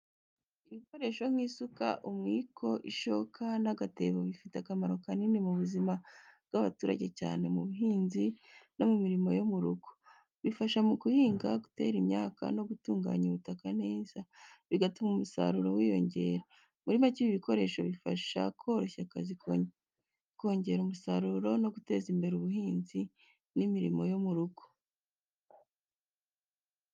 Ibikoresho nk’isuka, umwiko, ishoka, n’agatebo bifite akamaro kanini mu buzima bw’abaturage cyane mu buhinzi no mu mirimo yo mu rugo. Bifasha mu guhinga, gutera imyaka, no gutunganya ubutaka neza, bigatuma umusaruro wiyongera. Muri make, ibi bikoresho bifasha koroshya akazi, kongera umusaruro no guteza imbere ubuhinzi n’imirimo yo mu rugo.